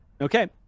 Okay